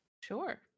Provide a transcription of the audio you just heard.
Sure